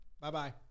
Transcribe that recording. Bye-bye